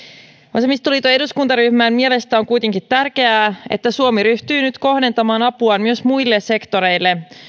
vasemmistoliiton eduskuntaryhmän mielestä on kuitenkin tärkeää että suomi ryhtyy nyt kohdentamaan apuaan myös muille sektoreille